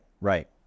right